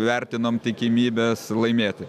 vertinam tikimybes laimėti